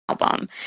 album